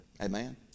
Amen